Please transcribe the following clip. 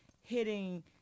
hitting